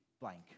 blank